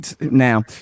now